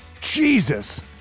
Jesus